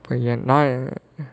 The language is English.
how you're now you're